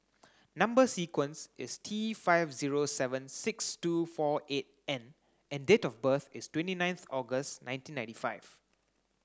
number sequence is T five zero seven six two four eight N and date of birth is twenty ninth August nineteen ninety five